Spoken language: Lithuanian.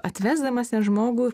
atvesdamas ten žmogų